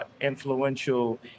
influential